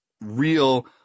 real